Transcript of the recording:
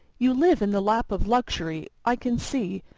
you live in the lap of luxury, i can see,